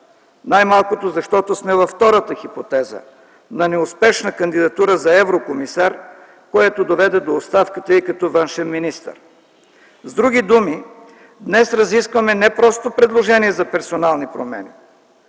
най-малко защото сме във втората хипотеза – на неуспешна кандидатура за еврокомисар, което доведе до оставката й като външен министър. С други думи, днес не просто разискваме предложение за персонални промени,